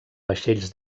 vaixells